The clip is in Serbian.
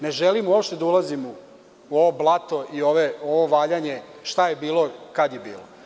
Ne želim uopšte da ulazim u ovo blato i ovo valjanje šta je bilo, kad je bilo.